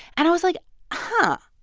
and i was like huh.